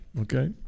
Okay